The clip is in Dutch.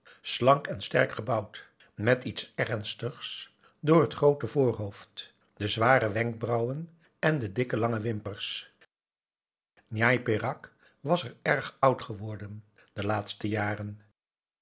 slank en sterk gebouwd met iets ernstigs door het groote voorhoofd de zware wenkbrauwen en de dikke lange wimpers njai peraq was erg oud geworden de laatste jaren